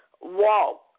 walk